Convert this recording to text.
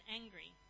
angry